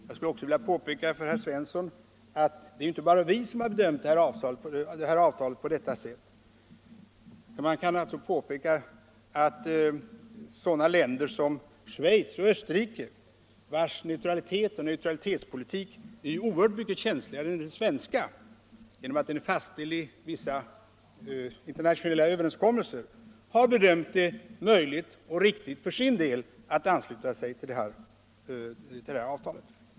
Jag skulle vilja påpeka för herr Svensson i Malmö att det ju inte bara är vi som bedömt avtalet på detta sätt. Sådana länder som Schweiz och Österrike, vars neutralitetspolitik är oerhört mycket känsligare än den svenska genom att den är fastställd i vissa internationella överenskommelser, har ansett det möjligt och riktigt för sin del att ansluta sig till det här avtalet.